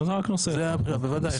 בוודאי.